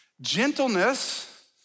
gentleness